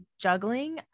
juggling